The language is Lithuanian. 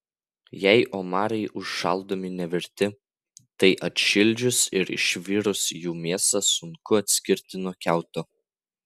jei omarai užšaldomi nevirti tai atšildžius ir išvirus jų mėsą sunku atskirti nuo kiauto